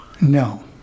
No